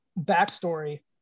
backstory